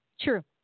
True